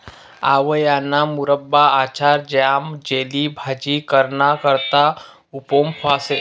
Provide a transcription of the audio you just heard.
आवयाना मुरब्बा, आचार, ज्याम, जेली, भाजी कराना करता उपेग व्हस